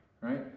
Right